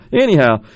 Anyhow